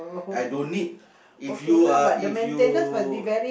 I don't need if you uh if you